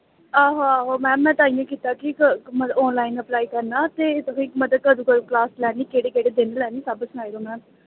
आहो आहो मैम में ताहियें कीता कि ऑन लाईन अपलाई करना ते तुसें मतलब कदूं तोड़ी कलास लैनी केह्ड़े केह्ड़े दिन लैनी सब सनाई ओड़ो मैम